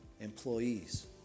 employees